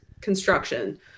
construction